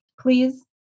Please